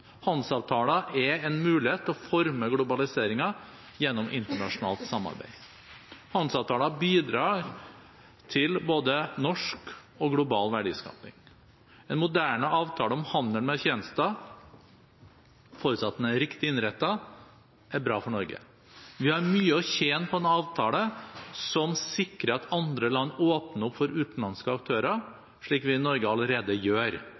er en mulighet til å forme globaliseringen gjennom internasjonalt samarbeid. Handelsavtaler bidrar til både norsk og global verdiskaping. En moderne avtale om handel med tjenester er, forutsatt at den er riktig innrettet, bra for Norge. Vi har mye å tjene på en avtale som sikrer at andre land åpner opp for utenlandske aktører, slik vi i Norge allerede gjør.